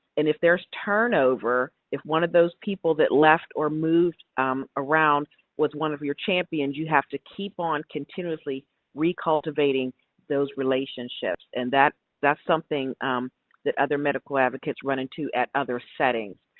and if there's turnover, if one of those people that left or moved around was one of your champions, you have to keep on continuously recultivating those relationships. and that. that's something that other medical advocates run into at other settings.